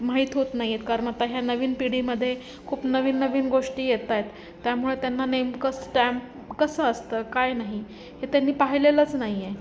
माहीत होत नाही आहेत कारण आता ह्या नवीन पिढीमध्ये खूप नवीन नवीन गोष्टी येत आहेत त्यामुळे त्यांना नेमकं स्स्टॅम्प कसं असतं काय नाही हे त्यांनी पाहिलेलंच नाही आहे